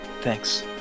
thanks